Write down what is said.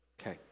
Okay